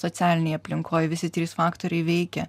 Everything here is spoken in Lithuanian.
socialinėj aplinkoj visi trys faktoriai veikia